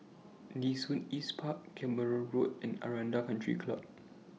Nee Soon East Park Keramat Road and Aranda Country Club